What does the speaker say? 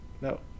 No